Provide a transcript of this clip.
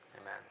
amen